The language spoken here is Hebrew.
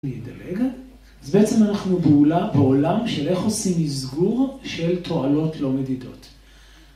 אז בעצם אנחנו בעולם של איך עושים מסגור של תועלות לא מדידות.